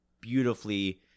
beautifully